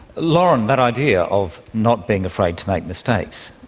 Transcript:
lauren, that idea of not being afraid to make mistakes,